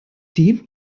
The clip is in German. dem